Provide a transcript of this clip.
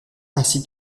ainsi